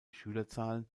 schülerzahlen